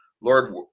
Lord